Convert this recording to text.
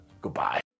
goodbye